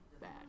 bad